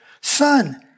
Son